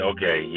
Okay